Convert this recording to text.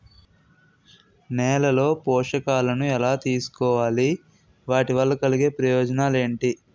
నేలలో పోషకాలను ఎలా తెలుసుకోవాలి? వాటి వల్ల కలిగే ప్రయోజనాలు ఏంటి?